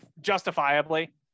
justifiably